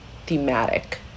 Thematic